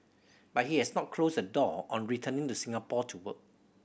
but he has not closed the door on returning to Singapore to work